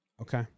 Okay